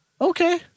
Okay